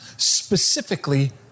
Specifically